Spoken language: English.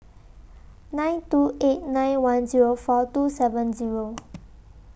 nine two eight nine one Zero four two seven Zero